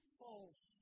false